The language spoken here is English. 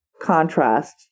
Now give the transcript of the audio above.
contrast